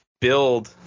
build